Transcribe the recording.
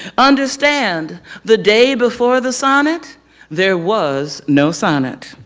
understand the day before the sonnet there was no sonnet.